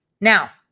Now